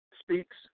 speaks